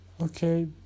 Okay